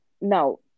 No